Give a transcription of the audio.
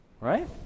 right